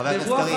חבר הכנסת קריב,